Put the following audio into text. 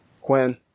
Quinn